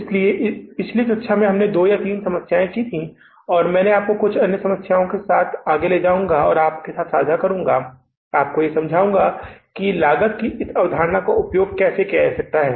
इसलिए हमने पिछली कक्षा में दो तीन समस्याएं कीं और मैं आपको कुछ अन्य समस्याओं के साथ आगे ले जाऊँगा और आपके साथ साझा करुंगा और आपको समझाऊंगा कि लागत की इस अवधारणा का उपयोग कैसे किया जा सकता है